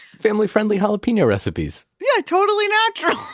family friendly jalapeno recipes? yeah, totally natural hey,